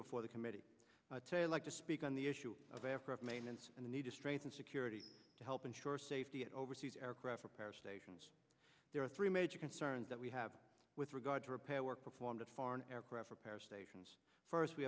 before the committee today like to speak on the issue of after of maintenance and the need to strengthen security to help ensure safety at overseas aircraft repair stations there are three major concerns that we have with regard to repair work performed at foreign aircraft repair stations for us we